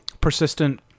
persistent